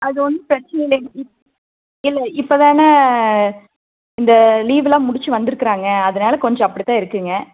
அது ஒன்றும் பிரச்சினை இல்லைங்க இப் இல்லை இப்போ தானே இந்த லீவெலாம் முடிச்சு வந்திருக்கறாங்க அதனால் கொஞ்சம் அப்படி தான் இருக்கும்க